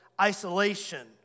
isolation